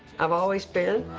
i've always been.